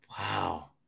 Wow